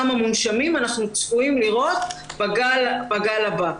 כמה חולים מונשמים אנחנו צפויים לראות בגל הבא.